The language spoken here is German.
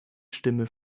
stimme